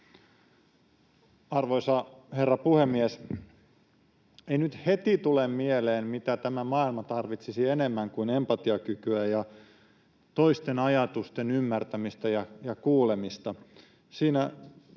Arvoisa herra puhemies! Ei nyt heti tule mieleen, mitä tämä maailma tarvitsisi enemmän kuin empatiakykyä ja toisten ajatusten ymmärtämistä ja kuulemista.